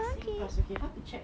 singpass okay how to check